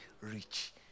rich